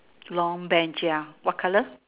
long Bench ya what colour